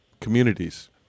communities